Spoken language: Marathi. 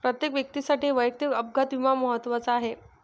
प्रत्येक व्यक्तीसाठी वैयक्तिक अपघात विमा महत्त्वाचा आहे